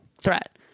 threat